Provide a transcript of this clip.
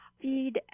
Feed